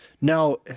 Now